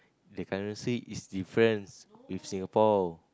the currency is difference with Singapore